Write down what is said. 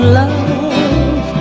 love